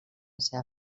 seva